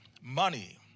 money